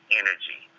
energy